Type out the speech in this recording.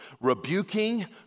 rebuking